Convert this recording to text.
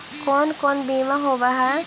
कोन कोन बिमा होवय है?